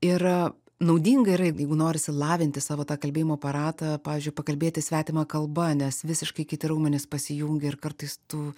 ir naudinga yra jeigu norisi lavinti savo tą kalbėjimo aparatą pavyzdžiui pakalbėti svetima kalba nes visiškai kiti raumenys pasijungia ir kartais tu